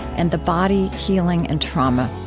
and the body, healing and trauma.